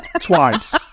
twice